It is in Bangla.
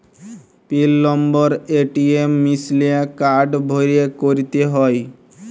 পিল লম্বর এ.টি.এম মিশিলে কাড় ভ্যইরে ক্যইরতে হ্যয়